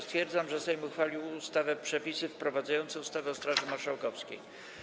Stwierdzam, że Sejm uchwalił ustawę Przepisy wprowadzające ustawę o Straży Marszałkowskiej.